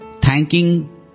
thanking